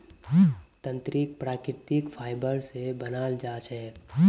तंत्रीक प्राकृतिक फाइबर स बनाल जा छेक